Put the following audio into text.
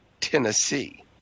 Tennessee